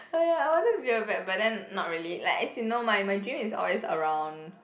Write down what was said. oh ya I wanted to be a vet but then not really like as you know my my dream is always around